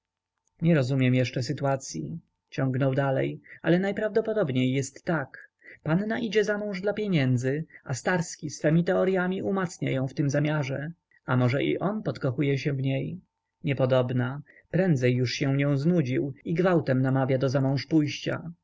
nie rozumiem jeszcze sytuacyi ciągnął dalej ale najprawdopodobniej jest tak panna idzie zamąż dla pieniędzy a starski swemi teoryami umacnia ją w tym zamiarze a może i on podkochuje się w niej niepodobna prędzej już się nią znudził i gwałtem namawia do